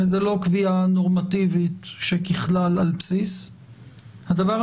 זאת לא קביעה נורמטיבית של "ככלל, על בסיס"; שנית,